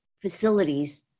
facilities